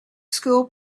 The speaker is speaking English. school